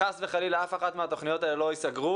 לא רוצים שחס וחלילה אף אחת מהתוכניות הלאה לא תיסגר.